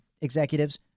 executives